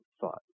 thought